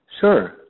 Sure